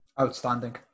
Outstanding